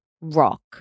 rock